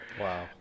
Wow